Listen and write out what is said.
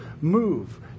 move